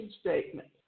statement